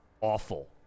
awful